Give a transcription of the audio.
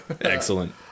Excellent